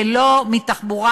ולא מתחבורה,